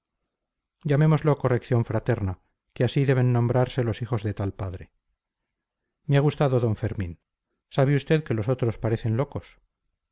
llamémoslo corrección fraterna que así deben nombrarse los hijos de tal padre me ha gustado d fermín sabe usted que los otros parecen locos